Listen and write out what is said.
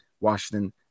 Washington